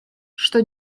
что